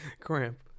cramp